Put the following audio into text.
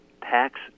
tax